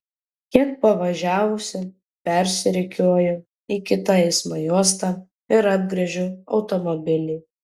kiek pavažiavusi persirikiuoju į kitą eismo juostą ir apgręžiu automobilį